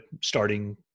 starting